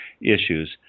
issues